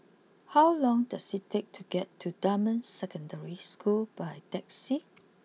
how long does it take to get to Dunman Secondary School by taxi